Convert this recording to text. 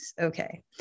Okay